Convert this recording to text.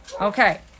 Okay